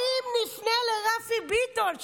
האם נפנה לרפי ביטון,